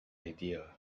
idea